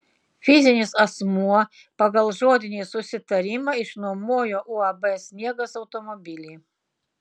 fizinis asmuo pagal žodinį susitarimą išnuomojo uab sniegas automobilį